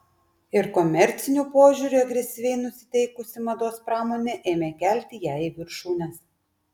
ir komerciniu požiūriu agresyviai nusiteikusi mados pramonė ėmė kelti ją į viršūnes